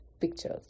pictures